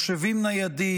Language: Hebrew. מחשבים ניידים,